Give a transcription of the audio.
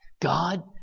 God